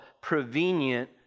prevenient